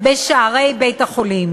בשערי בית-החולים.